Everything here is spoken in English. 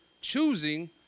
choosing